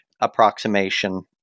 approximation